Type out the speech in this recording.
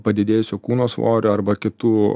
padidėjusio kūno svorio arba kitų